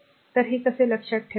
तर हे कसे लक्षात ठेवायचे